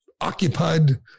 occupied